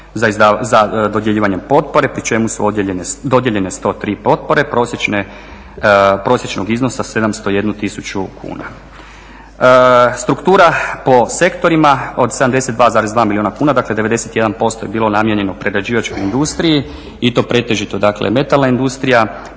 za dodjeljivanjem potpore pri čemu su dodijeljene 103 potpore prosječnog iznosa 701 tisuću kuna. Struktura po sektorima od 72,2 milijuna kuna, dakle 91% je bilo namijenjeno prerađivačkoj industriji i to pretežito dakle metalna industrija,